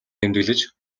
тэмдэглэж